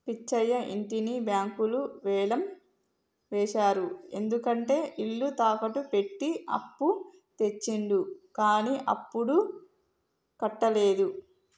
పిచ్చయ్య ఇంటిని బ్యాంకులు వేలం వేశారు ఎందుకంటే ఇల్లు తాకట్టు పెట్టి అప్పు తెచ్చిండు కానీ అప్పుడు కట్టలేదు